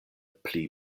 pli